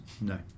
No